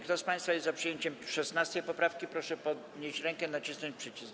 Kto z państwa jest za przyjęciem 16. poprawki, proszę podnieść rękę i nacisnąć przycisk.